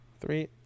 three